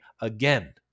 again